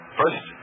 first